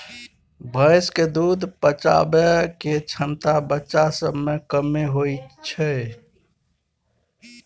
भैंस के दूध पचाबइ के क्षमता बच्चा सब में कम्मे होइ छइ